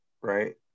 right